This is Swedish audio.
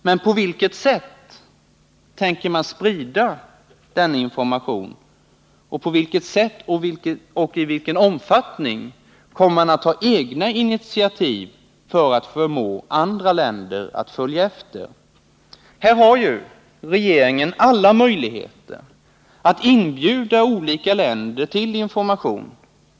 Men på vilket sätt tänker man sprida denna information? Och på vilket sätt och i vilken omfattning kommer man att ta egna initiativ för att förmå andra länder att följa efter? Här har ju regeringen alla möjligheter att inbjuda olika länder till information.